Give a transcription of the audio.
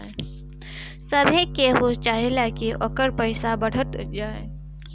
सभे केहू चाहेला की ओकर पईसा बढ़त जाए